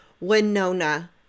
Winona